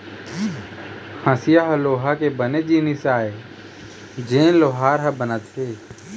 हँसिया ह लोहा के बने जिनिस आय जेन ल लोहार ह बनाथे